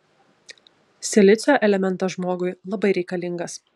silicio elementas žmogui labai reikalingas